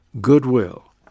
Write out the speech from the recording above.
goodwill